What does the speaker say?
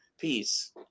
Peace